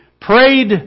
prayed